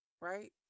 right